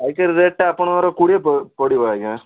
ପାଇକର ରେଟ୍ଟା ଆପଣଙ୍କର କୋଡ଼ିଏ ପଡ଼ିବ ଆଜ୍ଞା